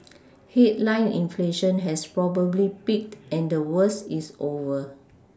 headline inflation has probably peaked and the worst is over